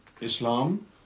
Islam